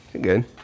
good